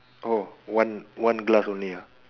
oh one one glass only ah